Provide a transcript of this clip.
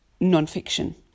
nonfiction